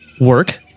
work